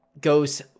goes